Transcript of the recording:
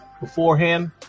beforehand